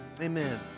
Amen